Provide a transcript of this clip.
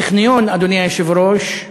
הטכניון, אדוני היושב-ראש,